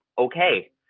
okay